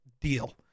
Deal